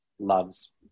loves